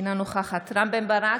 אינה נוכחת רם בן ברק,